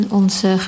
onze